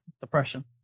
depression